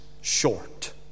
short